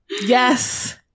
Yes